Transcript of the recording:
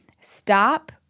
stop